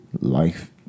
life